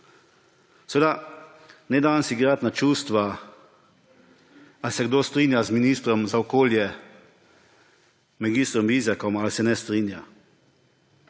Seveda ne danes igrati na čustva, ali se kdo strinja z ministrom za okolje mag. Vizjakom ali se ne strinja.